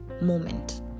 moment